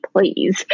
please